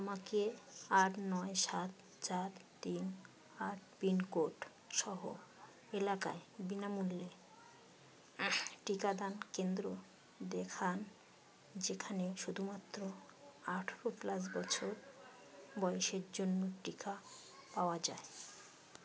আমাকে আট নয় সাত চার তিন আট পিনকোড সহ এলাকায় বিনামূল্যে টিকাদান কেন্দ্র দেখান যেখানে শুধুমাত্র আঠেরো প্লাস বছর বয়সের জন্য টিকা পাওয়া যায়